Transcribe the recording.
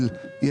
אני